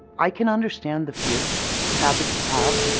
i can understand the fear advocates have.